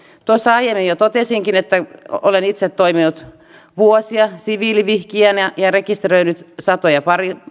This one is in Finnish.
tuossa aiemmin jo totesinkin että olen itse toiminut vuosia siviilivihkijänä ja rekisteröinyt satoja